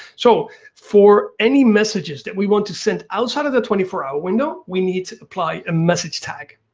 so for any messages that we want to sent outside of the twenty four hour window, we need to apply a message tag.